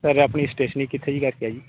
sir ਆਪਣੀ stationery ਕਿੱਥੇ ਜਿਹੀ ਕਰਕੇ ਹੈ ਜੀ